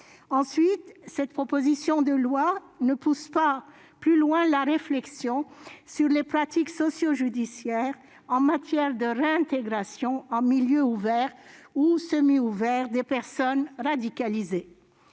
Ensuite, cette proposition de loi ne pousse pas plus avant la réflexion sur les pratiques sociojudiciaires en matière de réintégration en milieu ouvert ou semi-ouvert des personnes radicalisées.